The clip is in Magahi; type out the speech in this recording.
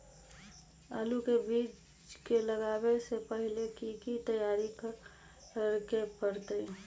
आलू के बीज के लगाबे से पहिले की की तैयारी करे के परतई?